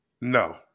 No